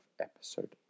episode